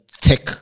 tech